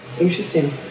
Interesting